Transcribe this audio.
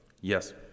Yes